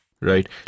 Right